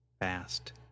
Fast